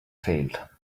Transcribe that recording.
failed